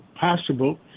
possible